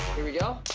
here we go.